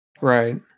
Right